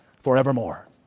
forevermore